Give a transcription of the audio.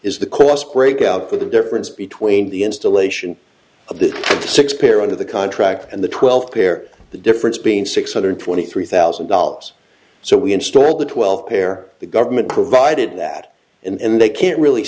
is the cost breakout for the difference between the installation of the six pair under the contract and the twelve pair the difference being six hundred twenty three thousand dollars so we installed the twelve pair the government provided that and they can't really